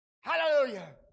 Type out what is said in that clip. Hallelujah